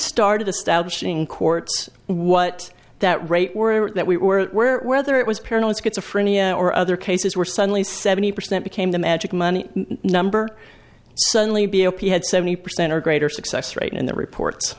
started the stoush in courts what that rate were that we were where whether it was paranoid schizophrenia or other cases were suddenly seventy percent became the magic money number suddenly be opi had seventy percent or greater success rate and the reports